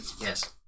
Yes